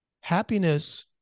happiness